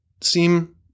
seem